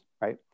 right